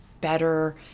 better